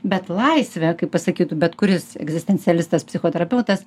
bet laisvė kaip pasakytų bet kuris egzistencialistas psichoterapeutas